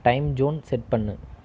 time zone set பண்ணு